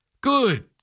Good